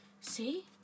See